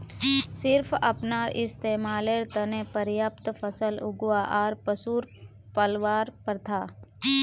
सिर्फ अपनार इस्तमालेर त न पर्याप्त फसल उगव्वा आर पशुक पलवार प्रथा